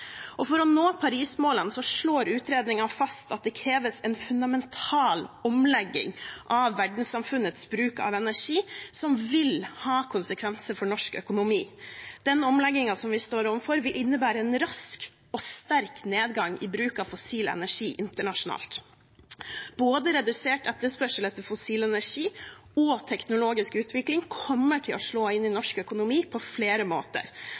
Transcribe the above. Og for å nå Paris-målene slår utredningen fast at det kreves en fundamental omlegging av verdenssamfunnets bruk av energi, som vil ha konsekvenser for norsk økonomi. Den omleggingen vi står overfor, vil innebære en rask og sterk nedgang i bruk av fossil energi internasjonalt. Både redusert etterspørsel etter fossil energi og teknologisk utvikling kommer til å slå inn i norsk økonomi på flere måter,